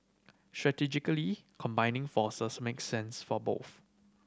strategically combining forces makes sense for both